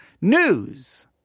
news